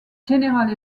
general